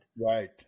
Right